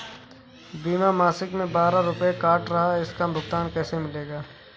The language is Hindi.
बीमा मासिक में बारह रुपय काट रहा है इसका भुगतान कैसे मिलेगा?